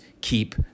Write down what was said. keep